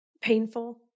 painful